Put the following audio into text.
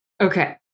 Okay